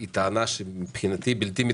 היא טענה שמבחינתי היא בלתי מתקבלת,